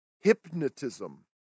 hypnotism